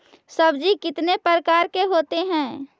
सब्जी कितने प्रकार के होते है?